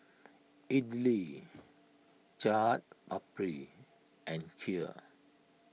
Idili Chaat Papri and Kheer